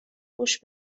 خوش